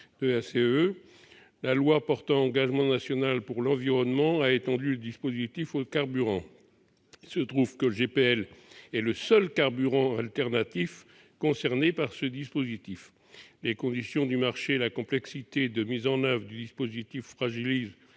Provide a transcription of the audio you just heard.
des CEE. La loi portant engagement national pour l'environnement a étendu le dispositif aux carburants. Il se trouve que le GPL est le seul carburant alternatif concerné par ce dispositif. Les conditions du marché et la complexité de mise en oeuvre du dispositif fragilisent